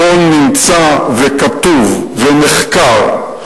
הכול נמצא וכתוב ונחקר,